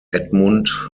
edmund